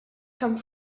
come